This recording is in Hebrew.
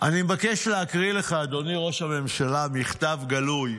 אני מבקש להקריא לך, אדוני ראש הממשלה, מכתב גלוי.